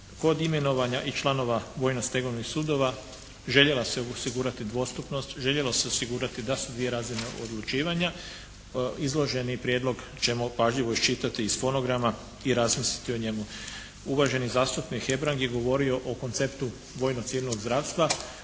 kod imenovanja i članova vojno stegovnih sudova željela se osigurati dostupnost, željelo se osigurati da su dvije razine odlučivanja. Izloženi prijedlog ćemo pažljivo iščitati iz fonograma i razmisliti o njemu. Uvaženi zastupnik Hebrang je govorio o konceptu vojno-civilnog zdravstva.